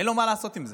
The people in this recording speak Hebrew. אין לו מה לעשות עם זה,